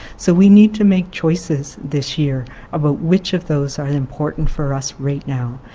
so we need to make choices this year about which of those are important for us right now.